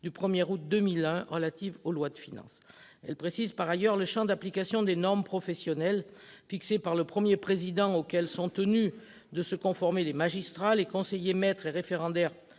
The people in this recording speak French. du 1 août 2001 relative aux lois de finances. Elle précise par ailleurs le champ d'application des normes professionnelles fixées par le Premier président de la Cour des comptes auxquelles sont tenus de se conformer les magistrats, les conseillers maîtres et référendaires